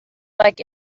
like